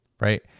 Right